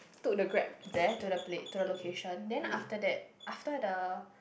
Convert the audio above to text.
took the Grab there to the pla~ to the location then after that after the